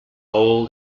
all